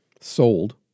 sold